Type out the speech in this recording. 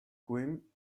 queen